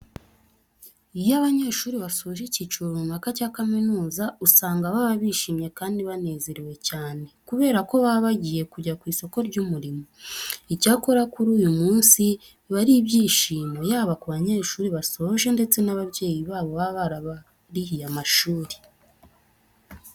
Iyo abanyeshuri basoje icyiciro runaka cya kaminuza usanga baba bishimye kandi banezerewe cyane, kubera ko baba bagiye kujya ku isoko ry'umurimo. Icyakora kuri uyu munsi biba ari ibyishimo, yaba ku banyeshuri basoje ndetse n'ababyeyi babo baba barabarihiye amashuri.